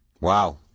Wow